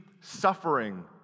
suffering